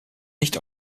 nicht